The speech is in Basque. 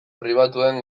pribatuen